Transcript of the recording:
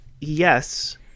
yes